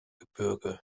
gebirge